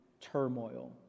turmoil